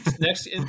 Next